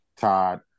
Todd